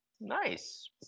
Nice